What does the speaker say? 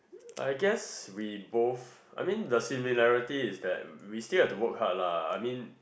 I guess we both I mean the similarity is that we still have to work hard lah I mean